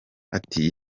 ati